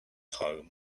harm